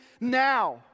now